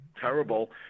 terrible